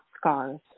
scars